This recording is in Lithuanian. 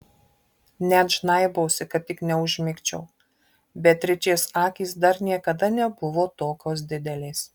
net žnaibausi kad tik neužmigčiau beatričės akys dar niekada nebuvo tokios didelės